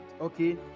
okay